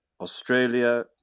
Australia